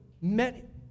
met